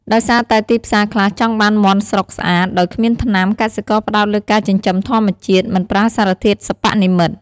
ដោយសារតែទីផ្សារខ្លះចង់បានមាន់ស្រុកស្អាត ដោយគ្មានថ្នាំ កសិករផ្តោតលើការចិញ្ចឹមធម្មជាតិ មិនប្រើសារធាតុសិប្បនិម្មិត។